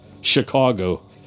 chicago